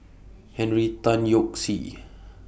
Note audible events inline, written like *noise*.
Henry Tan Yoke See *noise*